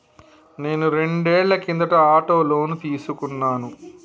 నేను రెండేళ్ల కిందట ఆటో లోను తీసుకున్నాను